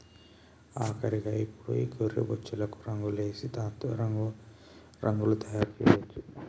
ఆఖరిగా ఇప్పుడు ఈ గొర్రె బొచ్చులకు రంగులేసి దాంతో రగ్గులు తయారు చేయొచ్చు